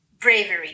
bravery